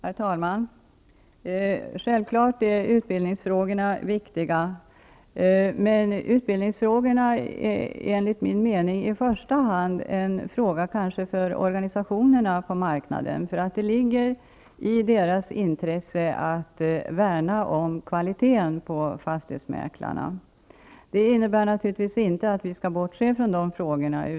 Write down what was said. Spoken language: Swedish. Herr talman! Självfallet är utbildningsfrågorna viktiga, men de är enligt min mening i första hand en uppgift för organisationerna på marknaden. Det ligger i deras intresse att värna om kvaliteten på fastighetsmäklarna. Det innebär naturligtvis inte att vi skall bortse från de frågorna.